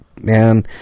Man